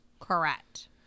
Correct